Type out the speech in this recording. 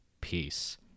peace